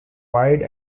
wide